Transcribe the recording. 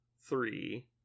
three